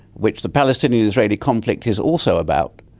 which the palestinian-israeli conflict is also about,